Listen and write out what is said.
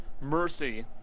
Mercy